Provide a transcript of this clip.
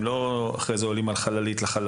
הם לא עולים אחר כך לחללית לחלל,